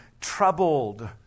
troubled